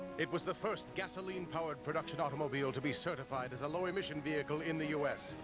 it was the first gasoline-powered production automobile to be certified as a low-emission vehicle in the u s.